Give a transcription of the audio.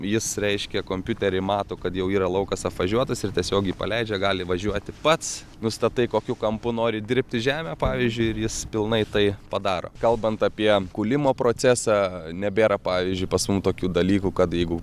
jis reiškia kompiutery mato kad jau yra laukas apvažiuotas ir tiesiog jį paleidžia gali važiuoti pats nustatai kokiu kampu nori dirbti žemę pavyzdžiui ir jis pilnai tai padaro kalbant apie kūlimo procesą nebėra pavyzdžiui pas mum tokių dalykų kad jeigu